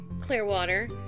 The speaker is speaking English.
Clearwater